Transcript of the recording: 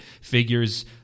figures